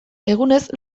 egunez